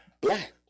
Black